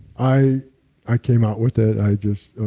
i i came out with it, i just.